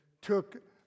took